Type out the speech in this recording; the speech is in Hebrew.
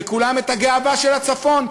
ולכולם הגאווה של הצפון.